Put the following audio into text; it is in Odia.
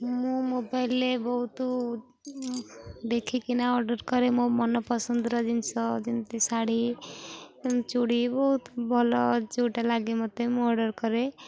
ମୁଁ ମୋବାଇଲ୍ରେ ବହୁତ ଦେଖିକିନା ଅର୍ଡ଼ର୍ କରେ ମୋ ମନ ପସନ୍ଦର ଜିନିଷ ଯେମିତି ଶାଢ଼ୀ ଚୁଡ଼ି ବହୁତ ଭଲ ଯେଉଁଟା ଲାଗେ ମୋତେ ମୁଁ ଅର୍ଡ଼ର୍ କରେ